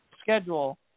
schedule